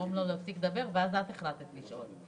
להפסיק את הדובר ואז את החלטת לשאול אותו.